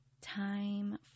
time